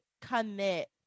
commit